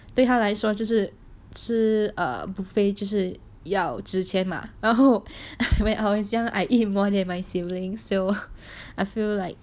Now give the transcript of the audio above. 对他来说就是吃 err buffet 就是要值钱嘛然后 when I was young I eat more than my siblings so I feel like